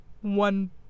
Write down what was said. one